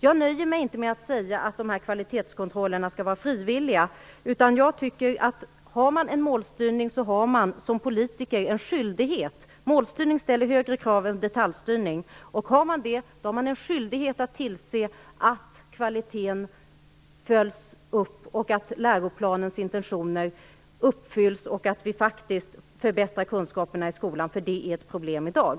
Jag nöjer mig inte med beskedet att kvalitetskontrollerna skall vara frivilliga. Målstyrning ställer högre krav än detaljstyrning, och har vi målstyrning så har vi som politiker en skyldighet att se till att kvaliteten följs upp, att läroplanens intentioner uppfylls och att vi faktiskt förbättrar kunskaperna i skolan, för det är ett problem i dag.